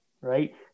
right